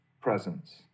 presence